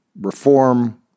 reform